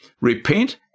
repent